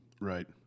Right